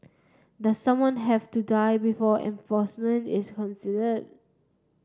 does someone have to die before enforcement is consider